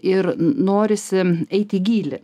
ir norisi eit į gylį